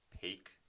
peak